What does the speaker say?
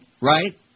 right